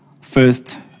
first